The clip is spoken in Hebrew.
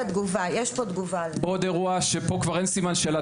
עוד אירוע שפה כבר אין סימן שאלה,